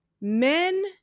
men